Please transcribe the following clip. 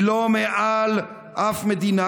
היא לא מעל אף מדינה,